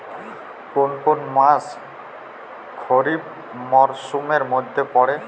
কোন কোন মাস খরিফ মরসুমের মধ্যে পড়ে?